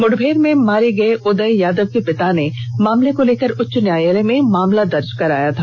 मुठभेड़ में मारे गये उदय यादव के पिता ने इस मामले को लेकर उच्च न्यायालय में मामला दर्ज कराया था